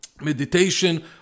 meditation